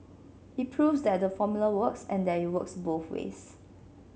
it proves that the formula works and that it works both ways